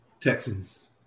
Texans